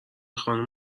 خانم